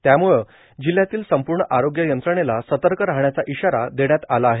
त्यामुळं जिल्हयातील संपूर्ण आरोग्य यंत्रणेला सतर्क राहण्याचा इशारा देण्यात आला आहे